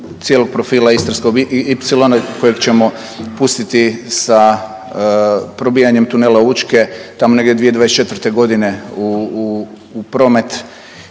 cijelog profila Istarskog ipsilona kojeg ćemo pustiti sa probijanjem tunela Učke tamo negdje 2024.g. u promet